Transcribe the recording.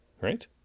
right